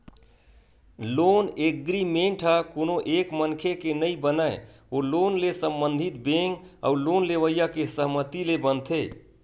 loan agreement ह कोनो एक मनखे के नइ बनय ओ लोन ले संबंधित बेंक अउ लोन लेवइया के सहमति ले बनथे